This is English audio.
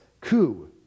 coup